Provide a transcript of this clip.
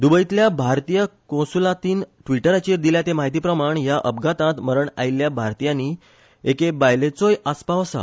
द्रबयतल्या भारतीय कोंसुलातीन ट्विटराचेर दिल्या ते म्हायती प्रमाण ह्या अपघातांत मरण आयिल्ल्या भारतीयांनी एके बायलेचोय आसपाव आसा